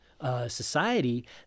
society